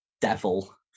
devil